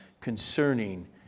concerning